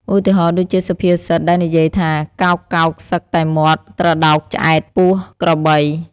ឧទាហរណ៍ដូចជាសុភាពសិតដែលនិយាយថា កោកៗសឹកតែមាត់ត្រដោកឆ្អែតពោះក្របី។